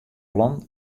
plan